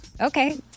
okay